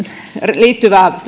liittyvää